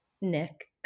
Nick